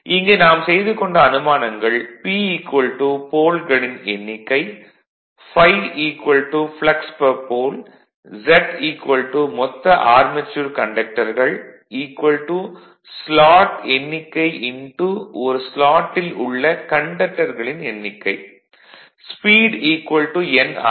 இங்கு நாம் செய்து கொண்ட அனுமானங்கள் P போல்களின் எண்ணிக்கை ∅ ப்ளக்ஸ் பெர் போல் Z மொத்த ஆர்மெச்சூர் கண்டக்டர்கள் ஸ்லாட் எண்ணிக்கை ஒரு ஸ்லாட்டில் உள்ள கண்டக்டர்களின் எண்ணிக்கை ஸ்பீட் N ஆர்